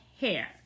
hair